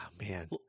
man